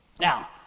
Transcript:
now